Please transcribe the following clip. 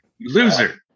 Loser